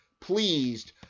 pleased